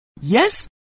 Yes